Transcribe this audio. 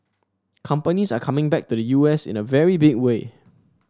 companies are coming back to the U S in a very big way